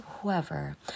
whoever